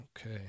Okay